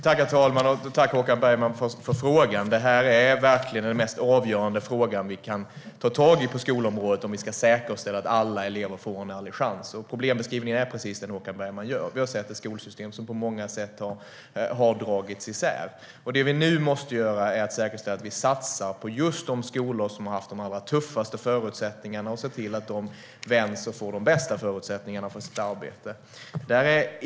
Herr talman! Tack, Håkan Bergman, för frågan! Detta är verkligen den mest avgörande fråga vi kan ta tag i på skolområdet om vi ska säkerställa att alla elever får en ärlig chans. Problembeskrivningen är precis den Håkan Bergman ger. Vi har sett ett skolsystem som på många sätt har dragits isär. Det vi nu måste göra är att säkerställa att vi satsar på just de skolor som har haft de allra tuffaste förutsättningarna och se till att de vänds och får de bästa förutsättningarna för sitt arbete.